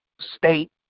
state